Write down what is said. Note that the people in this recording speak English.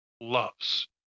loves